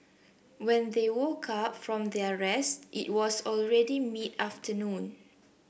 when they woke up from their rest it was already mid afternoon